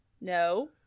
no